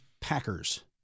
Packers